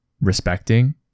respecting